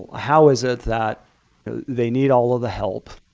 how is it that they need all of the help?